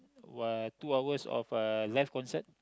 uh two hours of uh live concert